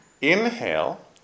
inhale